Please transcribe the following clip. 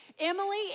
Emily